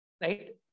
right